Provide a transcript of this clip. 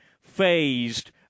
phased